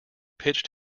pitched